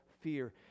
fear